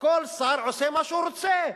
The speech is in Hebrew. כל שר עושה מה שהוא רוצה.